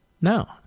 No